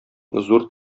зур